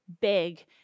big